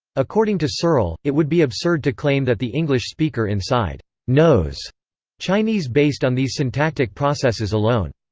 according to searle, it would be absurd to claim that the english speaker inside knows chinese based on these syntactic processes alone.